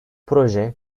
proje